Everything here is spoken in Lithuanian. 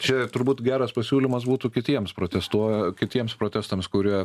čia turbūt geras pasiūlymas būtų kitiems protestuoja kitiems protestams kurie